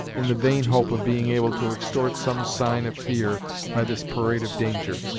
in the vain hope of being able to extort some sign of fear by this parade of danger.